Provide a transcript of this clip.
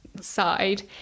side